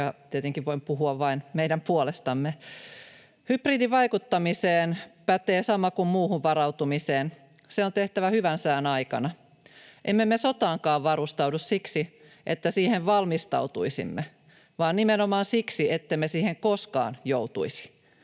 ja tietenkin voin puhua vain meidän puolestamme. Hybridivaikuttamiseen varautumiseen pätee sama kuin muuhun varautumiseen: se on tehtävä hyvän sään aikana. Emme me sotaankaan varustaudu siksi, että siihen valmistautuisimme, vaan nimenomaan siksi, ettemme siihen koskaan joutuisi.